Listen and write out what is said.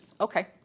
Okay